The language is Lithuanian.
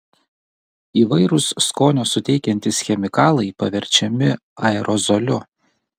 įvairūs skonio suteikiantys chemikalai paverčiami aerozoliu